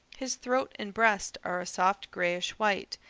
his throat and breast are a soft grayish-white,